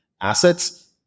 assets